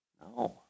No